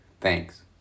Thanks